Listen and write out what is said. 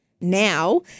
Now